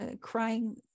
crying